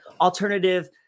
alternative